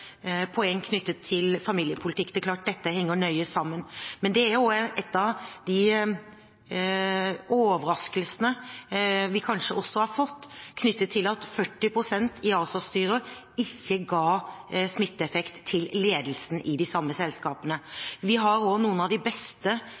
poeng om familiepolitikk. Det er klart at dette henger nøye sammen. Det er også kanskje en av de overraskelsene vi har fått, at 40 pst. kvinner i ASA-styrer ikke ga smitteeffekt til ledelsen i de samme selskapene.